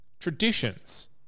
Traditions